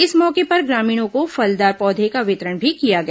इस मौके पर ग्रामीणों को फलदार पौधे का वितरण भी किया गया